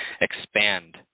expand